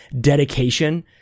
dedication